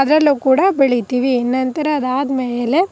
ಅದರಲ್ಲು ಕೂಡ ಬೆಳಿತೀವಿ ನಂತರ ಅದಾದ್ಮೇಲೆ